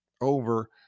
over